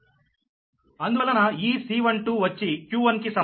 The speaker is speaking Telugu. అందువలన ఈ C12 వచ్చి q1కి సమానం